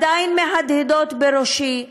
עדיין מהדהדות בראשי.